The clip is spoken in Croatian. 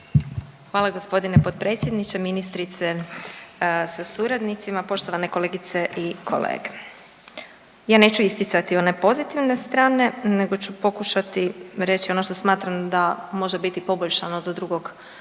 Hvala gospodine potpredsjedniče. Ministrice sa suradnicima, poštovane kolege i kolege, ja neću isticati one pozitivne strane nego ću pokušati reći ono što smatram da može biti poboljšano do drugog čitanja.